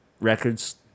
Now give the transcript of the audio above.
records